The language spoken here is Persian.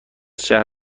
شهر